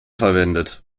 verwendet